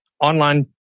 online